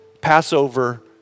Passover